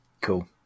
cool